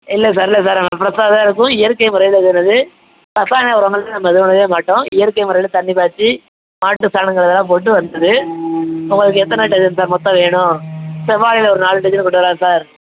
இல்லை சார் இல்லை சார் ஃப்ரெஷ்ஷாக தான் இருக்கும் இயற்கை முறையில் இதுப் பண்ணிணது ரசாயன உரங்களுக்கு நம்ம இதுப் பண்ணவே மாட்டோம் இயற்கை முறையில் தண்ணிப் பாய்ச்சி மாட்டு சாணங்களெல்லாம் போட்டு வந்தது உங்களுக்கு எத்தனை டஜன் சார் மொத்தம் வேணும் செவ்வாழையில ஒரு நாலு டஜன் கொண்டு வரவா சார்